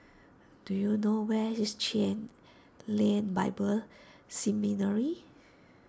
do you know where is Chen Lien Bible Seminary